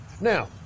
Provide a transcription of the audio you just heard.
Now